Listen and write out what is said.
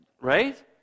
Right